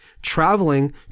Traveling